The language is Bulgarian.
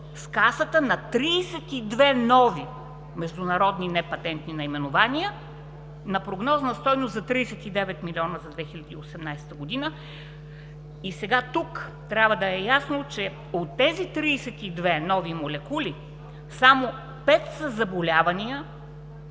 с Касата за 32 нови международни непатентни наименования на прогнозна стойност за 39 млн. лв. за 2018 г. Тук трябва да е ясно, че от тези 32 нови молекули само пет са за заболявания